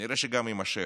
כנראה שזה גם יימשך.